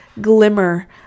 glimmer